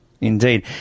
indeed